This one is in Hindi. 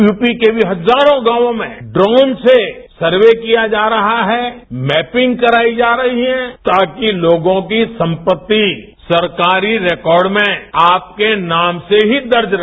यूपी के मी हजारों गांवों में ड्रोन से सर्व किया जा रहा है मैपिंग कराई जा रही है ताकि लोगों की संपति सरकारी रिकार्ड में आपके नाम से ही दर्ज रहे